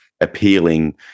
appealing